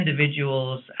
individuals